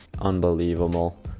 unbelievable